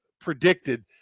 predicted